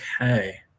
Okay